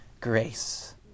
grace